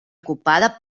ocupada